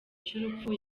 cy’urupfu